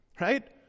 right